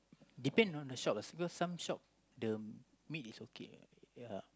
depend on the store lah because some shop the meat is okay ya